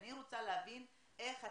אני רוצה להבין איך אתם,